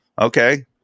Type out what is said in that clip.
Okay